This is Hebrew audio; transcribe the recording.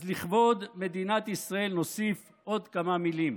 אז לכבוד מדינת ישראל נוסיף עוד כמה מילים: